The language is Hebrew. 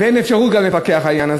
וגם אין אפשרות לפקח על העניין הזה,